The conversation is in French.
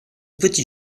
petit